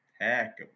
Heck